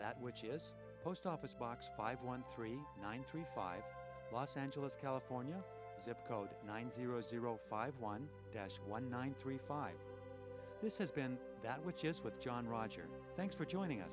that which is post office box five one three one three five los angeles california zip code nine zero zero five one one three five this has been that which is what john rogers thanks for joining us